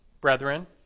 brethren